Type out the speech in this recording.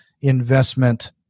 investment